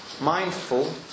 mindful